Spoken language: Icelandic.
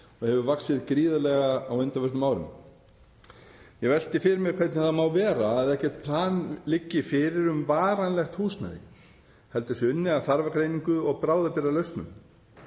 og hefur vaxið gríðarlega á undanförnum árum. Ég velti fyrir mér hvernig það má vera að ekkert plan liggi fyrir um varanlegt húsnæði heldur sé unnið að þarfagreiningu og bráðabirgðalausnum.